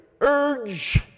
urge